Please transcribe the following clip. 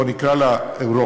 בואו נקרא לה אירופית.